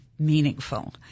meaningful